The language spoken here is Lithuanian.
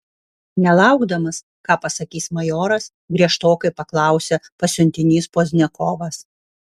nelaukdamas ką pasakys majoras griežtokai paklausė pasiuntinys pozdniakovas